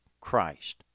Christ